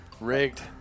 Rigged